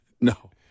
No